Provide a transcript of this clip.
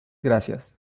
gracias